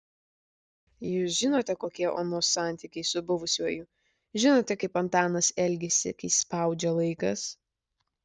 jūs žinote kokie onos santykiai su buvusiuoju žinote kaip antanas elgiasi kai spaudžia laikas